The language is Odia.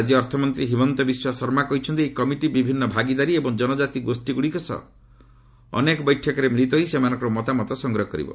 ରାଜ୍ୟ ଅର୍ଥମନ୍ତ୍ରୀ ହିମନ୍ତ ବିଶ୍ୱାସ ଶର୍ମା କହିଛନ୍ତି ଏହି କମିଟି ବିଭିନ୍ନ ଭାଗିଦାରୀ ଏବଂ ଜନଜାତି ଗୋଷ୍ଠୀଗୁଡ଼ିକ ସହ ଅନେକ ବୈଠକରେ ମିଳିତ ହୋଇ ସେମାନଙ୍କର ମତାମତ ସଂଗ୍ରହ କରିବ